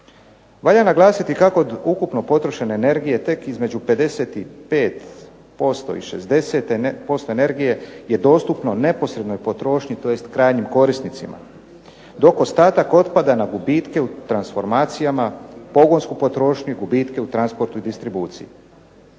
Valja naglasiti kako ukupno potrošene energije tek između 55% i 60% energije je dostupno neposrednoj potrošnji tj. krajnjim korisnicima dok ostatak otpada na gubitke u transformacijama, pogonsku potrošnju i gubitke u transportu i distribuciji.